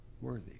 worthy